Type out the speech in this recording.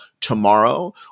tomorrow